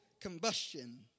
combustion